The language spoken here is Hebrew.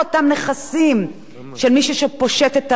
שפושט את הרגל או של מי שנאלץ לסגור,